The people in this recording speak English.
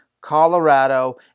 Colorado